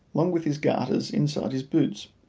along with his garters, inside his boots.